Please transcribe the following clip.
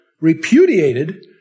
repudiated